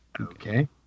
Okay